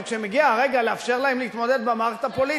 אבל כשמגיע הרגע לאפשר להם להתמודד במערכת הפוליטית,